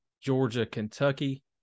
Georgia-Kentucky